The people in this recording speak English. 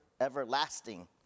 everlasting